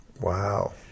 Wow